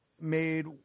made